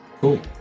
Cool